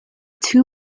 two